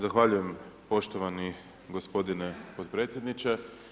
Zahvaljujem poštovani gospodine potpredsjedniče.